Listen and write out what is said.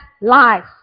life